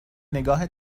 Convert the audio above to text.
نگاه